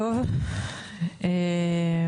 אוקיי.